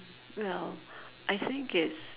well I think it's